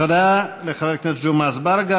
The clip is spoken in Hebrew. תודה לחבר הכנסת ג'מעה אזברגה.